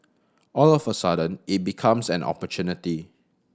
all of a sudden it becomes an opportunity